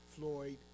Floyd